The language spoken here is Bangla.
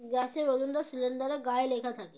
গ্যাসের ওজনটা সিলিন্ডারে গায়ে লেখা থাকে